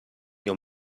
your